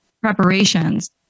preparations